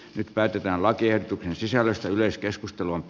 nyt päätetään lakiehdotuksen sisällöstä yleiskeskustelun p